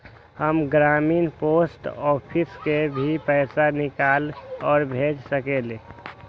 हम ग्रामीण post office से भी पैसा निकाल और भेज सकेली?